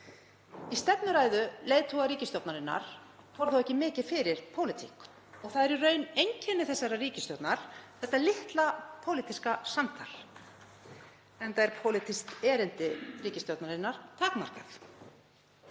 Í stefnuræðu leiðtoga ríkisstjórnarinnar fór þó ekki mikið fyrir pólitík. Það er í raun einkenni þessarar ríkisstjórnar, þetta litla pólitíska samtal — enda er pólitískt erindi ríkisstjórnarinnar takmarkað.